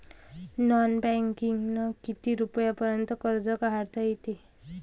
Non बँकिंगनं किती रुपयापर्यंत कर्ज काढता येते?